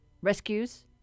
rescues